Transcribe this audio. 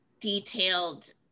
detailed